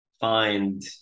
find